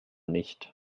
nicht